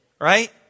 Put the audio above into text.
right